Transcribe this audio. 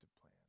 plan